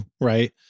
right